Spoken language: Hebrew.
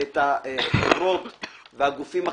את החברות והגופים,